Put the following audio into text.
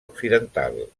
occidental